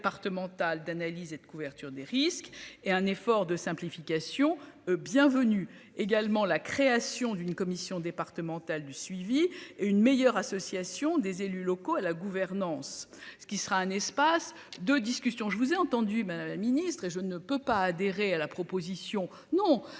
je vous ai entendu Madame la ministre et je ne peux pas adhérer à la proposition